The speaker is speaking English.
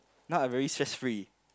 now I very stress-free